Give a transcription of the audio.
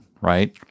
right